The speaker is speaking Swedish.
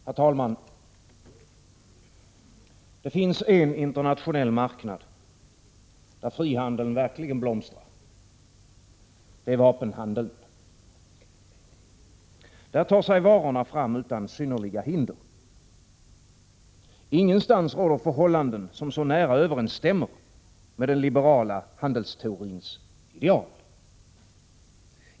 Herr talman! Det finns en internationell marknad, där frihandeln verkligen blomstrar. Det är vapenhandeln. Där tar sig varorna fram utan synnerliga hinder. Ingenstans råder förhållanden, som så nära överensstämmer med den liberala handelsteorins ideal.